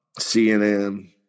CNN